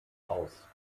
aus